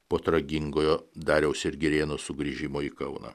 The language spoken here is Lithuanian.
po tragingojo dariaus ir girėno sugrįžimo į kauną